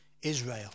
Israel